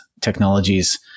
technologies